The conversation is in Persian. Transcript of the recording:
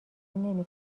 نمی